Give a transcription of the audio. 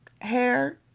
hair